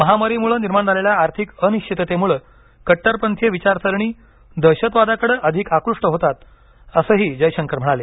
महामारीमुळे निर्माण झालेल्या आर्थिक अनिश्चिततेमुळ कट्टरपंथीय विचारसरणी दहशतवादाकडं अधिक आकृष्ट होतात असंही जयशंकर म्हणाले